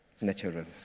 Natural